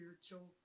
spiritual